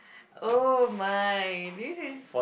oh my this is